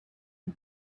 and